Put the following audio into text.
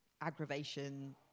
aggravation